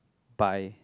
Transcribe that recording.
by